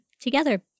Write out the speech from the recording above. together